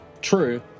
True